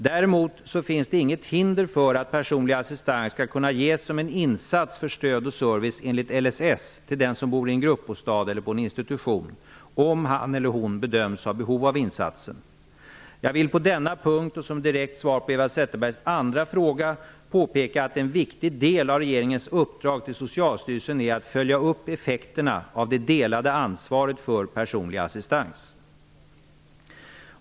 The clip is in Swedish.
Däremot finns det inget hinder för att personlig assistans skall kunna ges som en insats för stöd och service enligt LSS till den som bor i en gruppbostad eller på en institution om han eller hon bedöms ha behov av insatsen. Jag vill på denna punkt och som direkt svar på Eva Zetterbergs andra fråga påpeka att en viktig del av regeringens uppdrag till Socialstyrelsen är att följa upp effekterna av det delade ansvaret för personlig assistans.